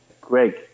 greg